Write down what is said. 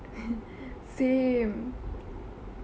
same